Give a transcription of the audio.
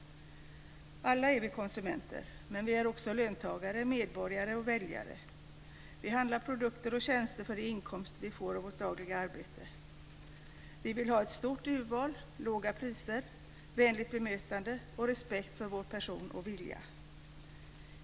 Alla är vi konsumenter, men vi är också löntagare, medborgare och väljare. Vi handlar produkter och tjänster för de inkomster som vi får av vårt dagliga arbete. Vi vill ha ett stort urval, låga priser, vänligt bemötande och respekt för vår person och vilja.